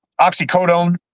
oxycodone